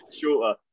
shorter